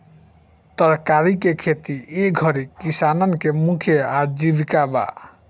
तरकारी के खेती ए घरी किसानन के मुख्य आजीविका बा